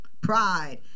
Pride